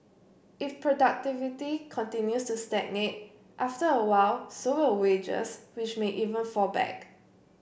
if productivity continues to stagnate after a while so will wages which may even fall back